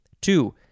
Two